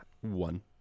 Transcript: one